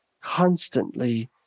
constantly